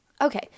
Okay